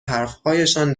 حرفهایشان